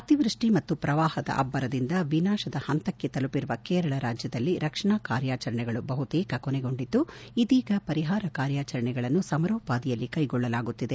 ಅತಿವ್ಯಷ್ಠಿ ಮತ್ತು ಪ್ರವಾಹದ ಅಬ್ಬರದಿಂದ ವಿನಾಶದ ಹಂತಕ್ಕೆ ತಲುಪಿರುವ ಕೇರಳ ರಾಜ್ಯದಲ್ಲಿ ರಕ್ಷಣಾ ಕಾರ್ಯಾಚರಣೆಗಳು ಬಹುತೇಕ ಕೊನೆಗೊಂಡಿದ್ದು ಇದೀಗ ಪರಿಹಾರ ಕಾರ್ಯಾಚರಣೆಗಳನ್ನು ಸಮರೋಪಾದಿಯಲ್ಲಿ ಕೈಗೊಳ್ಳಲಾಗುತ್ತಿದೆ